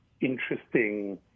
interesting